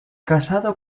casado